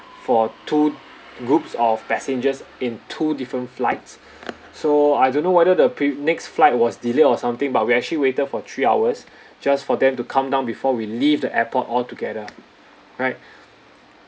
for two groups of passengers in two different flights so I don't know whether the pre~ next flight was delayed or something but we actually waited for three hours just for them to come down before we leave the airport all together right